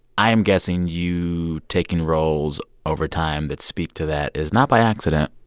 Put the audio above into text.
i am guessing you taking roles over time that speak to that is not by accident